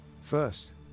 First